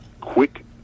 quick